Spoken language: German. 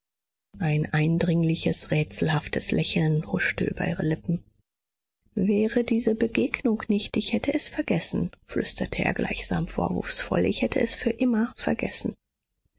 ein eindringliches rätselhaftes lächeln huschte über ihre lippen wäre diese begegnung nicht ich hätte es vergessen flüsterte er gleichsam vorwurfsvoll ich hätte es für immer vergessen